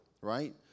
Right